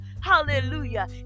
hallelujah